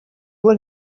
will